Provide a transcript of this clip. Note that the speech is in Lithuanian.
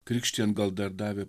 krikštijant gal dar davė